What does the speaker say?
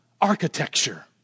architecture